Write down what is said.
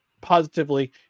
positively